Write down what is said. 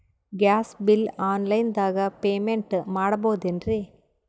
Gas bill online ದಾಗ payment ಮಾಡಬೋದೇನ್ರಿ?